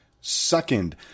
Second